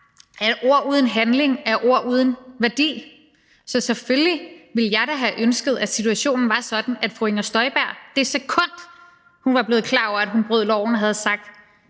at ord uden handling er ord uden værdi. Så selvfølgelig ville jeg da have ønsket, at situationen var sådan, at fru Inger Støjberg i det sekund, hun var blevet klar over, at hun brød loven, havde sagt: